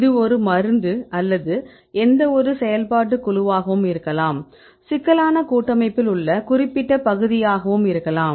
இது ஒரு மருந்து அல்லது எந்தவொரு செயல்பாட்டுக் குழுவாகவும் இருக்கலாம் சிக்கலான கூட்டமைப்பில் உள்ள குறிப்பிட்ட பகுதியாகவும் இருக்கலாம்